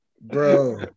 Bro